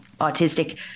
autistic